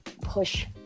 push